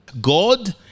God